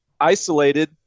isolated